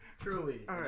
Truly